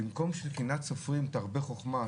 ובמקום ש"קנאת סופרים תרבה חוכמה",